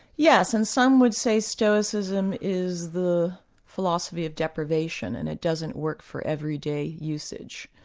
yes. and some would say stoicism is the philosophy of deprivation, and it doesn't work for everyday usage.